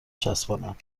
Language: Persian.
چسباند